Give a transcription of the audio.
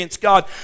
God